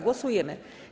Głosujemy.